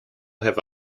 have